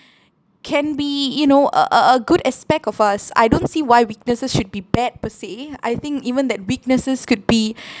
can be you know a a a good aspect of us I don't see why weaknesses should be bad per se I think even that weaknesses could be